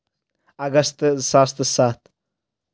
اگست زٕ ساس تہٕ سَتھ